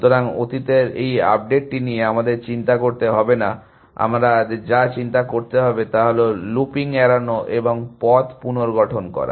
সুতরাং অতীতের এই আপডেটটি নিয়ে আমাদের চিন্তা করতে হবে না আমাদের যা চিন্তা করতে হবে তা হল লুপিং এড়ানো এবং পথ পুনর্গঠন করা